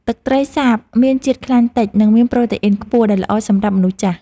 ត្រីទឹកសាបមានជាតិខ្លាញ់តិច និងមានប្រូតេអ៊ីនខ្ពស់ដែលល្អសម្រាប់មនុស្សចាស់។